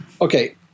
Okay